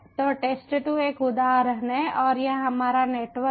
तो test2 एक उदाहरण है और यह हमारा नेटवर्क है